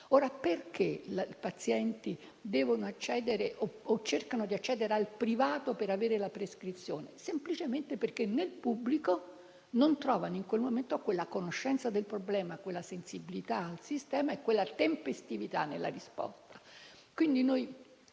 Perché i pazienti devono o cercano di accedere al privato per avere la prescrizione? Semplicemente perché nel pubblico non trovano, in quel momento, la conoscenza del problema, la sensibilità verso la malattia e la tempestività nella risposta.